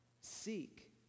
seek